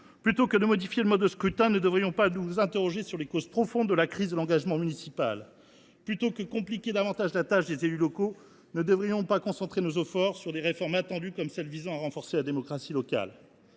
Plutôt que de modifier le mode de scrutin, ne devrions nous pas nous interroger sur les causes profondes de la crise de l’engagement municipal ? Au lieu de compliquer davantage la tâche des élus locaux, ne devrions nous pas concentrer nos efforts sur des réformes attendues, comme celles qui visent à renforcer la démocratie locale